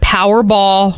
Powerball